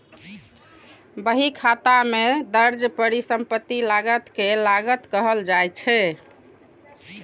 बहीखाता मे दर्ज परिसंपत्ति लागत कें लागत कहल जाइ छै